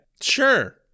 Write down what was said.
Sure